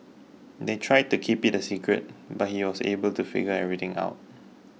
they tried to keep it a secret but he was able to figure everything out